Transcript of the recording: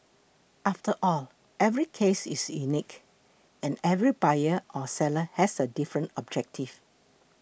after all every case is unique and every buyer or seller has a different objective